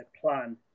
plan